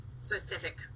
specific